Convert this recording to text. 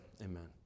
amen